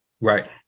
right